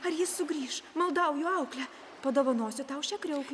ar jis sugrįš maldauju aukle padovanosiu tau šią kriauklę